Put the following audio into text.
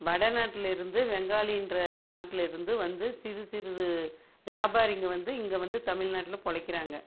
வடநாட்டில் இருந்து பெங்காலின்ற நாட்டில் இருந்து வந்து சிறு சிறு வியாபாரிங்க வந்து இங்கே வந்து தமிழ்நாட்டில் பிழைக்கிறாங்க